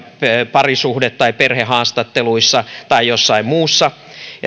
parisuhde tai perhehaastatteluissa tai jossain muualla